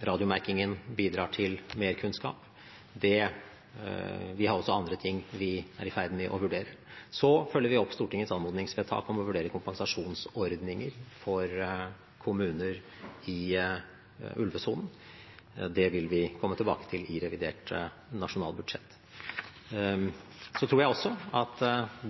Radiomerkingen bidrar til mer kunnskap. Vi har også andre ting vi er i ferd med å vurdere. Så følger vi opp Stortingets anmodningsvedtak om å vurdere kompensasjonsordninger for kommuner i ulvesonen. Det vil vi komme tilbake til i revidert nasjonalbudsjett. Jeg tror også at